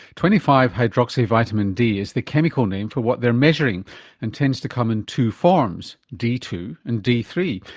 twenty five hydroxy vitamin d is the chemical name for what they're measuring and tends to come in two forms d two and d three.